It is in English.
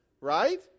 Right